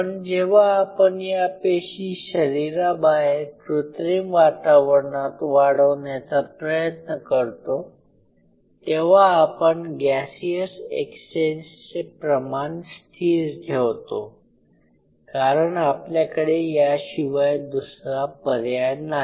पण जेव्हा आपण या पेशी शरीराबाहेर कृत्रिम वातावरणात वाढवण्याचा प्रयत्न करतो तेव्हा आपण गॅसियस एक्सचेंज चे प्रमाण स्थिर ठेवतो कारण आपल्याकडे याशिवाय दूसरा पर्याय नाही